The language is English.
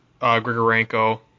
Grigorenko